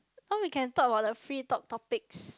oh we can talk about the free talk topics